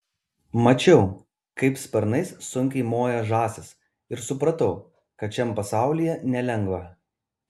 mačiau kaip sparnais sunkiai moja žąsys ir supratau kad šiam pasaulyje nelengva